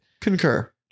concur